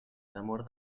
temor